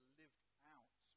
lived-out